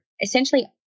essentially